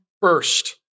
first